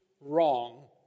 wrong